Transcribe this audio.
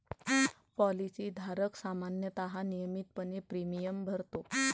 policy धारक सामान्यतः नियमितपणे प्रीमियम भरतो